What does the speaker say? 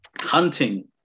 hunting